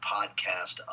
Podcast